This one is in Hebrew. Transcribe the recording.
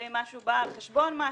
האם משהו בא על חשבון משהו,